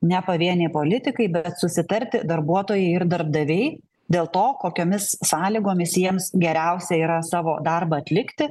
ne pavieniai politikai bet susitarti darbuotojai ir darbdaviai dėl to kokiomis sąlygomis jiems geriausia yra savo darbą atlikti